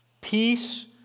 peace